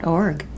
org